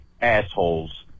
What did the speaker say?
assholes